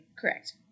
Correct